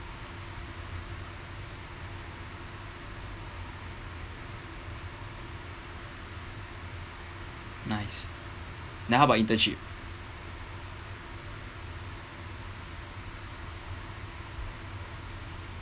nice then how about internship